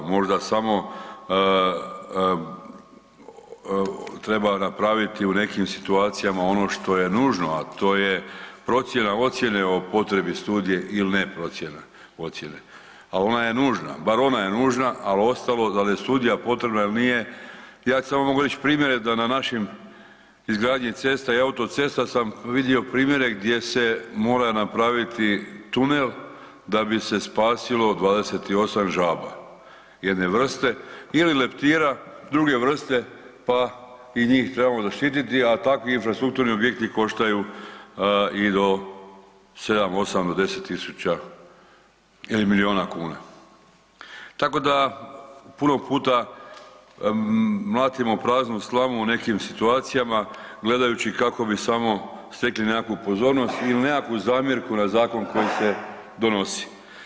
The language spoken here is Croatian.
Možda samo treba napraviti u nekim situacijama ono što je nužno, a to je procjena ocjene o potrebi studije ili ne procjena ocjene, ali ona je nužna, bar ona je nužna, a ostalo da li je studija potrebna ili nije, ja ću samo mogu reći primjere da na našim izgradnji cesta i autocesta sam vidio primjere gdje se mora napraviti tunel da bi se spasilo 28 žaba jedne vrste ili leptira druge vrste pa i njih trebamo zaštiti, a takvi infrastrukturni objekti koštaju i do 7, 8 do 10 tisuća ili milijuna kuna, tako da puno puta mlatimo praznu slamu u nekim situacijama gledajući kako bi samo stekli nekakvu pozornost ili nekakvu zamjerku na zakon koji se donosi.